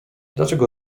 dlaczego